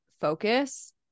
focus